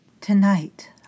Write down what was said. Tonight